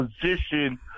position